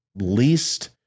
least